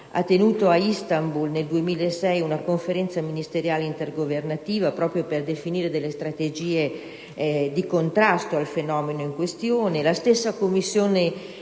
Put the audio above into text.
ha tenuto ad Istanbul nel 2006 una conferenza ministeriale intergovernativa proprio per definire le strategie di contrasto al fenomeno in questione.